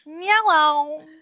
Yellow